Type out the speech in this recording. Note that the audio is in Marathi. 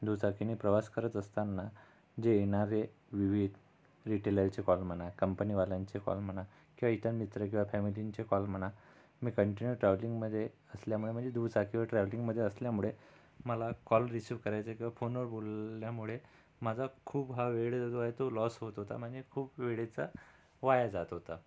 दुचाकीने प्रवास करत असताना जे येणारे विविध रिटेलरचे कॉल म्हणा कंपनीवाल्यांचे कॉल म्हणा किंवा इतर मित्र किंवा फॅमिलिनचे कॉल म्हणा मी कंटिनू ट्रॅव्हलिंगमध्ये असल्यामुळे म्हणजे दुचाकीवर ट्रॅव्हलिंग असल्यामुळे मला कॉल रिसिव्ह करायचे किंवा फोनवर बोलल्यामुळे माझा खूप हा वेळ जो आहे तो लॉस होत होता म्हणजे वेळेचा वाया जात होता